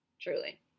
Truly